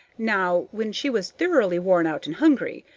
now, when she was thoroughly worn out and hungry,